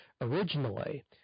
originally